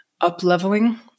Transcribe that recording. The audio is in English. up-leveling